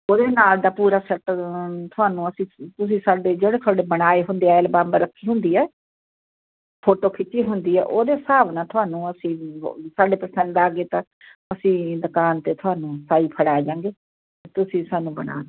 ਉਹਦੇ ਨਾਲ ਦਾ ਪੂਰਾ ਸੈੱਟ ਤੁਹਾਨੂੰ ਅਸੀਂ ਤੁਸੀਂ ਸਾਡੇ ਜਿਹੜੇ ਤੁਹਾਡੇ ਬਣਾਏ ਹੁੰਦੇ ਐਲਬਮ ਰੱਖੇ ਹੁੰਦੀ ਆ ਫੋਟੋ ਖਿੱਚੀ ਹੁੰਦੀ ਹੈ ਉਹਦੇ ਹਿਸਾਬ ਨਾਲ ਤੁਹਾਨੂੰ ਅਸੀਂ ਸਾਡੇ ਪਸੰਦ ਆ ਗਏ ਤਾਂ ਅਸੀਂ ਦੁਕਾਨ 'ਤੇ ਤੁਹਾਨੂੰ ਸਾਈ ਫੜਾ ਜਾਵਾਂਗੇ ਤਾਂ ਤੁਸੀਂ ਸਾਨੂੰ ਬਣਾ